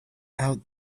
out